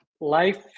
life